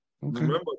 Remember